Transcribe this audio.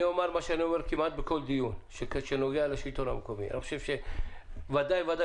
אומר מה שאני אומר כמעט בכל דיון שנוגע לשלטון המקומי: ודאי וודאי